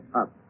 up